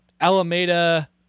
Alameda